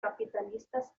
capitalistas